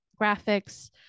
graphics